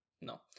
No